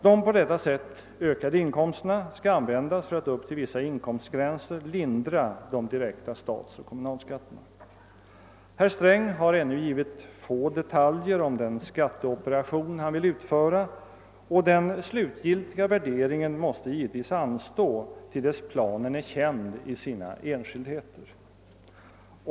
De på detta sätt ökade inkomsterna skall användas för att upp till vissa inkomstgränser lindra de direkta statsoch kommunalskatterna. Herr Sträng har ännu givit endast få detaljer om den skatteoperation han vill utföra, och den slutgiltiga värderingen måste givetvis anstå till dess planen är känd i sina enskildheter.